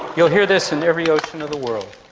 you'll hear this in every ocean of the world.